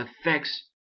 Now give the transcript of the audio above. affects